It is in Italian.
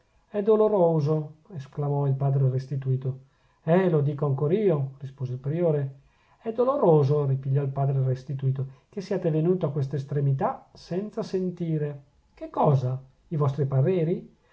è doloroso esclamò il padre restituto eh lo dico ancor io rispose il priore è doloroso ripigliò il padre restituto che siate venuto a questa estremità senza sentire che cosa i vostri pareri